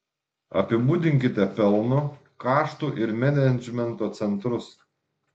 apibūdinkite pelno kaštų ir menedžmento centrus